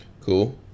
Cool